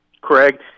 Craig